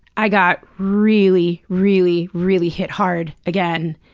i got really, really, really hit hard again.